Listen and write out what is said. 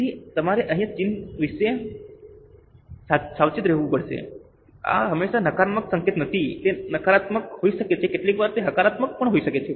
તેથી તમારે અહીં ચિહ્ન વિશે સાવચેત રહેવું પડશે આ હંમેશા નકારાત્મક સંકેત નથી તે નકારાત્મક હોઈ શકે છે કેટલીકવાર તે હકારાત્મક પણ હોઈ શકે છે